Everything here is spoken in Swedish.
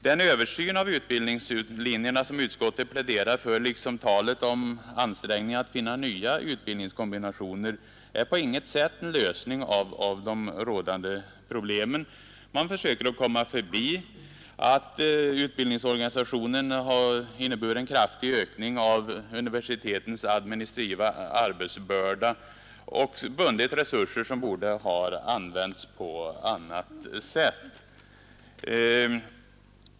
Den översyn av utbildningslinjerna som utskottet pläderar för, liksom talet om ansträngningar att finna nya utbildningskombinationer, är på inget sätt en lösning av de rådande problemen. Man försöker komma förbi att utbildningsorganisationen har inneburit en kraftig ökning av universitetens administrativa arbetsbörda och bundit resurser som borde ha använts på annat sätt.